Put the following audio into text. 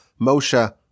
Moshe